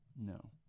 No